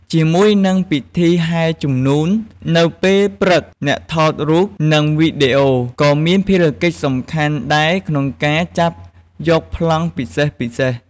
ជាមួយនឹងពិធីហែជំនូននៅពេលព្រឹក អ្នកថតរូបនិងវីដេអូក៏មានភារកិច្ចសំខាន់ដែរក្នុងការចាប់យកប្លង់ពិសេសៗ។